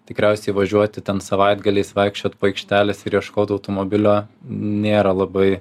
tikriausiai važiuoti ten savaitgaliais vaikščiot po aikšteles ir ieškot automobilio nėra labai